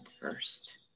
first